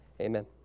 Amen